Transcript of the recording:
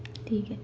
ٹھیک ہے